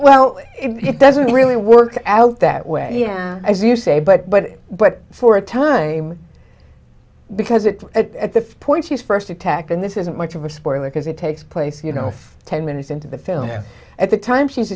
well it doesn't really work out that way as you say but but but for a time because it's at the point she's first attack and this isn't much of a spoiler because it takes place you know ten minutes into the film at the time she's